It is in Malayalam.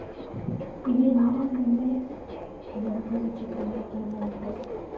ഇവയെല്ലാം തന്നെ നമുക്ക് ചിത്രം വരയ്ക്കാനായിട്ട്